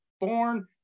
born